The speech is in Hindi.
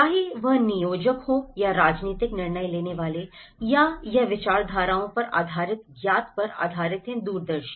चाहे वह नियोजक हों या राजनीतिक निर्णय लेने वाले या यह विचारधाराओं पर आधारित ज्ञान पर आधारित है दूरदर्शी